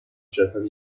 certa